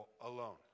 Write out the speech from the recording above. alone